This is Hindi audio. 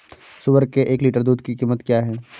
सुअर के एक लीटर दूध की कीमत क्या है?